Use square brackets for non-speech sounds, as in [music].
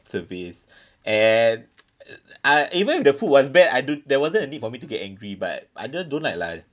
service [breath] and I even if the food was bad I do there wasn't a need for me to get angry but I just don't like lah